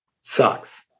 Sucks